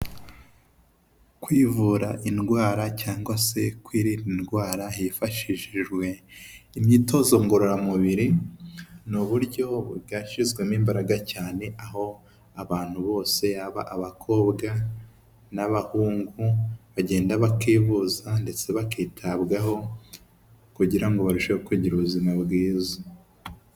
Kwivura indwara cyangwa se kwirinda indwara, hifashishijwe imyitozo ngororamubiri ni uburyo bwashyizwamo imbaraga cyane. Aho abantu bose yaba abakobwa n'abahungu bagenda bakivuza ndetse bakitabwaho, kugira ngo barusheho kugira ubuzima bwiza.